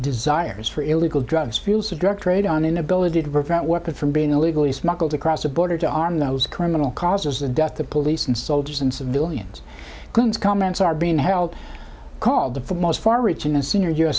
desires for illegal drugs feels the drug trade on inability to prevent workers from being illegally smuggled across the border to arm those criminal causes the death of police and soldiers and civilians comments are being held called the most far reaching a senior